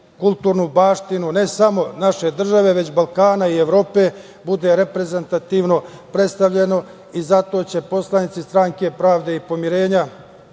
kulturnu baštinu ne samo države, već Balkana i Evrope, bude reprezentativno predstavljeno i zato će poslanici Stranke pravde i pomirenja